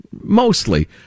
mostly